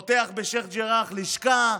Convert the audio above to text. פותח בשייח' ג'ראח לשכה,